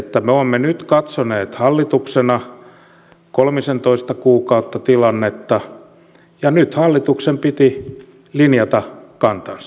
me olemme nyt katsoneet hallituksena kolmisentoista kuukautta tilannetta ja nyt hallituksen piti linjata kantansa